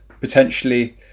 Potentially